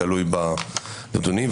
תלוי בנתונים,